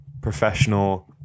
professional